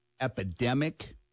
epidemic